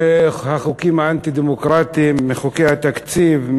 מהחוקים האנטי-דמוקרטיים, מחוקי התקציב?